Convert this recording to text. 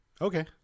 okay